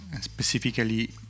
specifically